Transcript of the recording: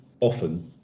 often